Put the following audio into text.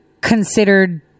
considered